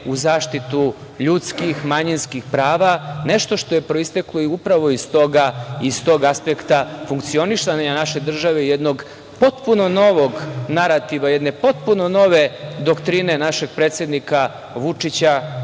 u zaštitu ljudskih, manjinskih prava, nešto što je proisteklo upravo iz tog aspekta funkcionisanja naše države i jednog potpuno novog narativa jedne, potpuno nove doktrine našeg predsednika Vučića